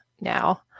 now